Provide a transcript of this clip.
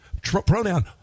pronoun